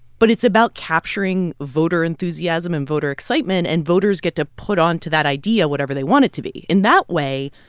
but it's about capturing voter enthusiasm and voter excitement. and voters get to put onto that idea whatever they want it to be. in that way,